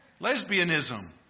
Lesbianism